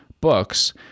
books